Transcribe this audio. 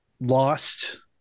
lost